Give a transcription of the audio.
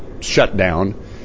shutdown